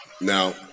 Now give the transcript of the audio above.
Now